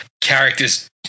characters